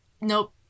Nope